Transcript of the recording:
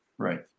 Right